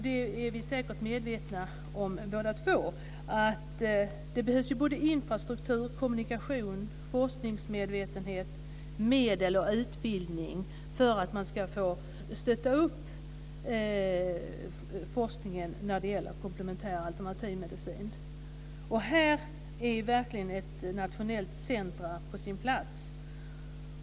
Vi är säkert båda två medvetna om att det behövs infrastruktur, kommunikation, forskningsmedvetenhet, medel och utbildning för att stötta forskningen inom komplementär/alternativ medicin. Ett nationellt centrum är på sin plats.